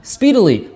Speedily